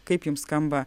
kaip jums skamba